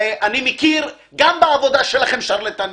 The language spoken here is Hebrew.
אני מכיר גם בעבודה שלכם שרלטנים.